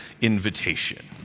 invitation